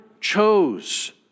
chose